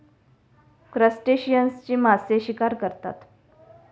क्रस्टेशियन्सची मासे शिकार करतात